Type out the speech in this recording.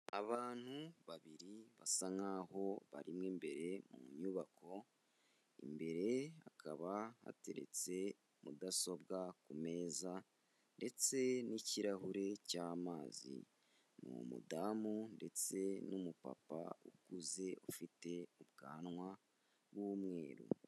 Abantu babiri basa nk'aho barimo imbere mu nyubako, imbere hakaba hateretse mudasobwa ku meza ndetse n'ikirahure cy'amazi. Ni umudamu ndetse n'umupapa ukuze, ufite ubwanwa b'umweru.